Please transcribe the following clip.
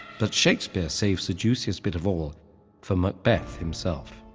but shakespeare saves the juiciest bit of all for macbeth himself.